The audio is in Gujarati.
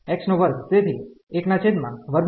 તેથી x નો વર્ગ તેથી 1√ x